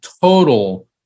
total